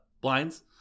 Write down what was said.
blinds